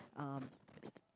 um